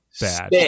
Bad